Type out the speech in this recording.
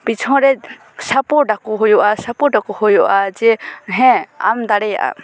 ᱯᱤᱪᱷᱚᱱ ᱨᱮ ᱥᱟᱯᱚᱴ ᱟᱠᱚ ᱦᱭᱩᱜᱼᱟ ᱥᱟᱯᱚᱴ ᱟᱠᱚ ᱦᱩᱭᱩᱜᱼᱟ ᱡᱮ ᱦᱮᱸ ᱟᱢ ᱫᱟᱲᱮᱭᱟᱜᱼᱟ